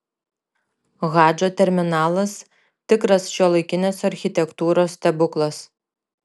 hadžo terminalas tikras šiuolaikinės architektūros stebuklas